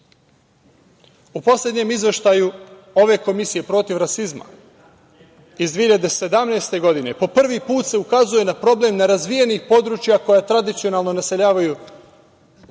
poslednjem izveštaju ove komisije protiv rasizma iz 2017. godine po prvi put se ukazuje na problem nerazvijenih područja koja tradicionalno naseljavaju